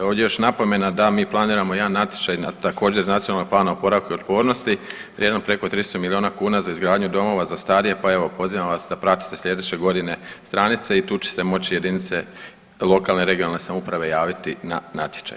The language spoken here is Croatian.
Ovdje još napomena da mi planiramo jedan natječaj također iz Nacionalnog plana oporavka i otpornosti vrijednog preko 300 milijuna kuna za izgradnju domova za starije pa evo, pozivam vas da pratite slijedeće godine stranice i tu će se moći jedinice lokalne i regionalne samouprave javiti na natječaj.